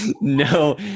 No